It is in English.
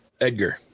Edgar